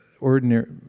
ordinary